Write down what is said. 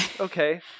Okay